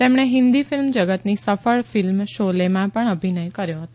તેમણે હિંદી ફિલ્મ જગતની સફળ ફિલ્મ શોલેમાં પણ અભિનય કર્યો હતો